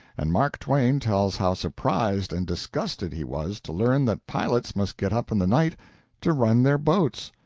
and mark twain tells how surprised and disgusted he was to learn that pilots must get up in the night to run their boats,